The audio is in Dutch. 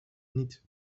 niet